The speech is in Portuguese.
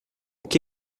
que